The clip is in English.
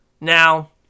Now